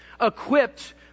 equipped